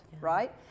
right